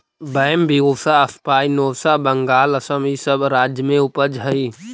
Bambusa spinosa Bengal, Assam इ सब राज्य में उपजऽ हई